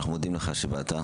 אנחנו מודים לך שבאת,